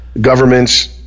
governments